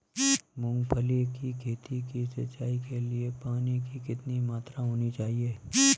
मूंगफली की खेती की सिंचाई के लिए पानी की कितनी मात्रा होनी चाहिए?